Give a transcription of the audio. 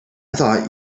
thought